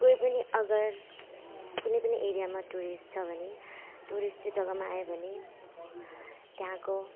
कोही पनि अगर कुनै पनि एरियामा टुरिस्ट छ भने टुरिस्ट त्यो जग्गामा आयो भने त्यहाँको